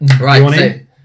Right